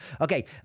Okay